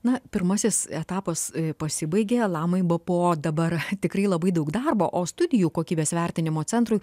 na pirmasis etapas pasibaigė lamai bpo dabar tikrai labai daug darbo o studijų kokybės vertinimo centrui